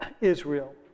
Israel